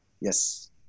Yes